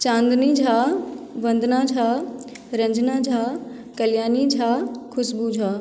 Chandni Jha Vandana Jha Ranjana Jha Kalyani Jha Khushboo Jha